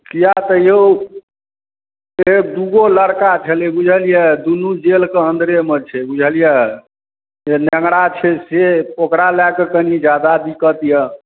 किआक तऽ यौ जे दू गो लड़का छलै बुझलियै दूनू जेलके अन्दरेमे छै बुझलियै जे नेङ्गरा छै से ओकरा लए कऽ कनी जादा दिक्कत यए